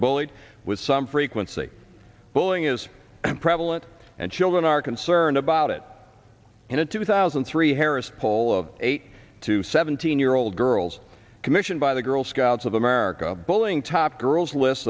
bullied with some frequency bulling is prevalent and children are concerned about it in a two thousand and three harris poll of eight to seventeen year old girls commissioned by the girl scouts of america bowling top girls lists